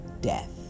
death